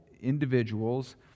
individuals